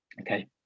Okay